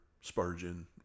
Spurgeon